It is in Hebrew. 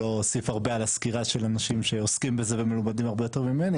לא אוסיף הרבה על הסקירה של אנשים שעוסקים בזה ומלומדים הרבה יותר ממני,